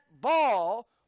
ball